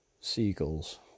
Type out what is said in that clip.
seagulls